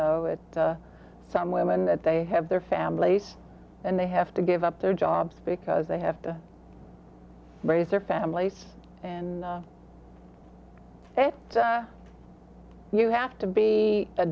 know it some women that they have their families and they have to give up their jobs because they have to raise their families and faith you have to be a